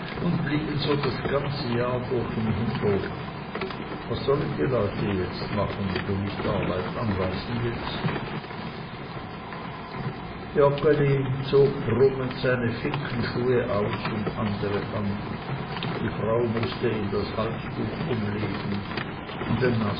und blieben so das ganze jahr durch im hinderlig was sollen die leute jetzt machen wenn du nicht arbeit anweisen willst joggeli zog brummend seine finkenschuhe aus und andere an die frau mußte ihm das halstuch umlegen und